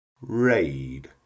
raid